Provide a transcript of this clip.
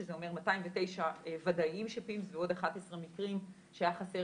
שזה אומר 209 ודאים עם פימס ועוד 11 מקרים שהיה חסר